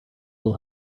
will